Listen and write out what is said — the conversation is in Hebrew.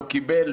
לא קיבל,